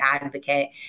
advocate